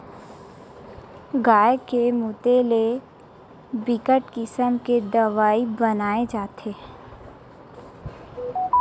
गाय के मूते ले बिकट किसम के दवई बनाए जाथे